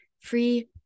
free